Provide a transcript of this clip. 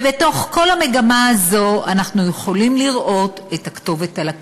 ובתוך כל המגמה הזו אנחנו יכולים לראות את הכתובת על הקיר.